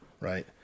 right